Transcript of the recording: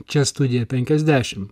čia studija penkiasdešim